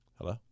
Hello